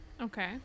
Okay